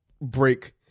break